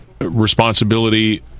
responsibility